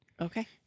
Okay